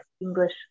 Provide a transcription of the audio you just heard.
English